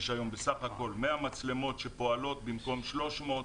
יש היום בסך הכול 100 מצלמות שפועלות במקום 300,